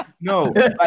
No